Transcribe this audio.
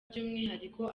by’umwihariko